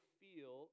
feel